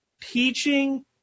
teaching